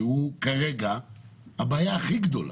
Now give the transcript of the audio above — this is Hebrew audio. שזה כרגע הבעיה הכי גדולה.